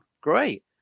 great